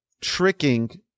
tricking